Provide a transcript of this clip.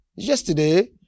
Yesterday